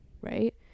right